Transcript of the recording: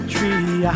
tree